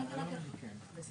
אתם רוצים הפסקה חמש דקות?